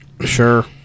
sure